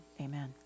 Amen